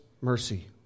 mercy